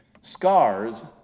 scars